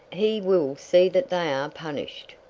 he will see that they are punished.